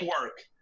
work